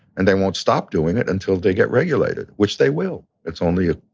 and they won't stop doing it until they get regulated, which they will. it's only, ah